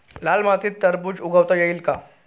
लाल मातीत टरबूज उगवता येईल का?